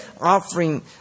offering